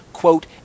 quote